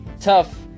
tough